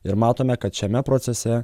ir matome kad šiame procese